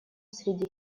среди